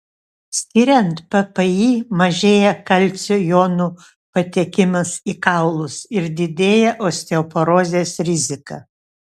skiriant ppi mažėja kalcio jonų patekimas į kaulus ir didėja osteoporozės rizika